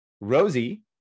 Rosie